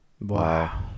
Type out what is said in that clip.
Wow